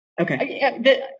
Okay